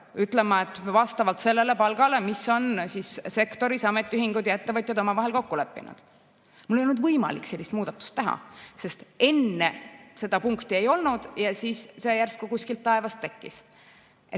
ütlema, et vastavalt sellele palgale, mis on sektoris ametiühingud ja ettevõtjad omavahel kokku leppinud. Mul ei olnud võimalik sellist muudatust teha, sest enne seda punkti ei olnud ja siis see järsku kusagilt taevast tekkis.